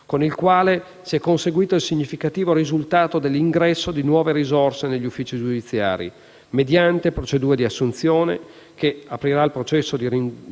con il quale si è conseguito il significativo risultato dell'ingresso di nuove risorse negli uffici giudiziari, mediante procedure di assunzione, che aprirà al processo di ringiovanimento